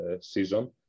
season